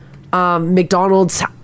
McDonald's